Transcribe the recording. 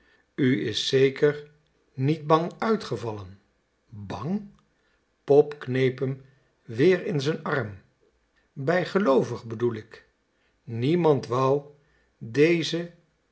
is zeker niet bang uitgevallen bang pop kneep hem weer in z'n arm bijgeloovig bedoel ik niemand wou deze